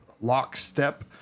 lockstep